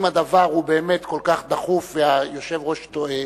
אם הדבר כל כך דחוף והיושב-ראש טועה,